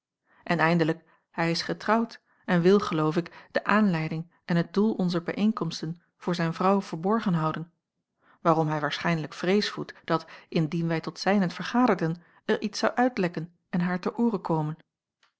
en eindelijk hij is getrouwd en wil geloof ik de aanleiding en het doel onzer bijeenkomsten voor zijn vrouw verborgen houden waarom hij waarschijnlijk vrees voedt dat indien wij tot zijnent vergaderden er iets zou uitlekken en haar ter oore komen